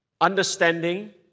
understanding